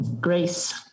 Grace